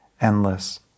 endless